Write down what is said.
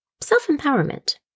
self-empowerment